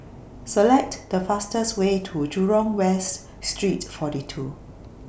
Select The fastest Way to Jurong West Street forty two